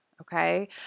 okay